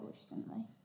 recently